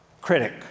Critic